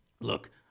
look